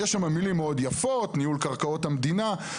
יש שם מילים מאוד יפות, ניהול קרקעות המדינה.